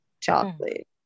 Chocolate